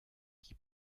qui